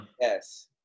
Yes